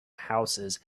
houses